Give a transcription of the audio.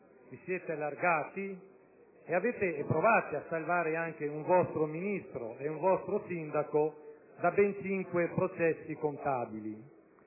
vi siete allargati e avete provato a salvare anche un vostro Ministro e un vostro sindaco da ben cinque processi contabili.